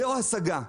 זו השגה.